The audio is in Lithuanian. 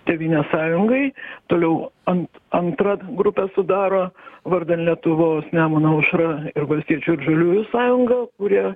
tėvynės sąjungai toliau ant antrą grupę sudaro vardan lietuvos nemuno aušra ir valstiečių ir žaliųjų sąjunga kurie